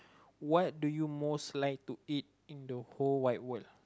what do you most like to eat in the whole wide world